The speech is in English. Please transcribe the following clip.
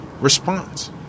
response